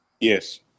Yes